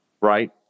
right